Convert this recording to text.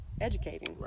educating